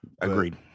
Agreed